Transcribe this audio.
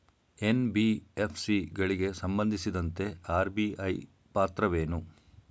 NBFC ಗಳಿಗೆ ಸಂಬಂಧಿಸಿದಂತೆ RBI ಪಾತ್ರವೇನು?